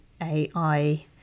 AI